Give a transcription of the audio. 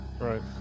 Right